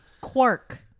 Quark